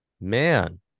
man